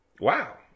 Wow